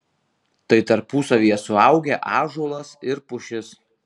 tai tarpusavyje suaugę ąžuolas ir pušis